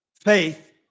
Faith